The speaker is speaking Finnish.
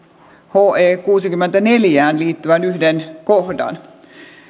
he kuuteenkymmeneenneljään liittyvän yhden kohdan